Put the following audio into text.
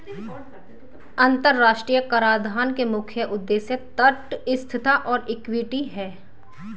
अंतर्राष्ट्रीय कराधान के मुख्य उद्देश्य तटस्थता और इक्विटी हैं